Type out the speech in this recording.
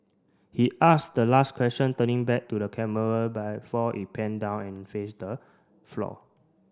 he asks the last question turning back to the camera before it pan down and face the floor